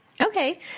Okay